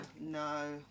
no